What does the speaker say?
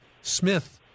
Smith